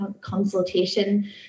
consultation